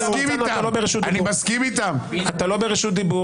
חבר הכנסת הרצנו, אתה לא ברשות דיבור.